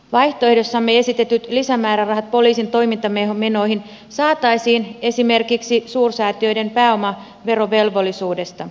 vaihtoehdossamme esitetyt lisämäärärahat poliisin toimintamenoihin saataisiin esimerkiksi suursäätiöiden pääomaverovelvollisuudesta